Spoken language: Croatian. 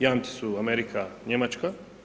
Jamci su Amerika, Njemačka.